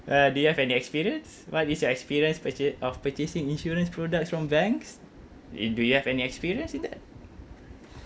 uh do you have any experience what is your experience purchase of purchasing insurance products from banks uh do you have any experience in that